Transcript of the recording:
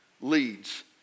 leads